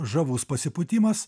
žavus pasipūtimas